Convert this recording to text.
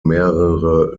mehrere